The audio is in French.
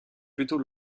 plutôt